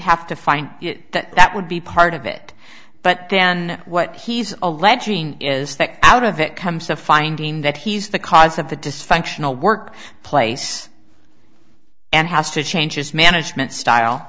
have to find it that that would be part of it but then what he's alleging is that out of it comes to finding that he's the cause of the dysfunctional work place and has to change his management style